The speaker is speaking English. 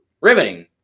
Riveting